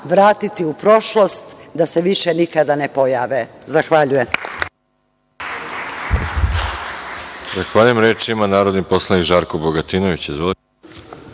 vratiti u prošlost da se više nikada ne pojave. Zahvaljujem.